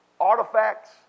artifacts